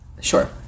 sure